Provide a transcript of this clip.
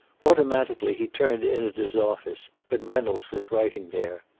automatically he turned in at his office, but reynolds was writing there.